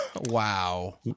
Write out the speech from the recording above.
Wow